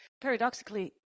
Paradoxically